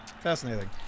fascinating